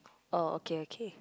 oh okay okay